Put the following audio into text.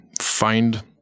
find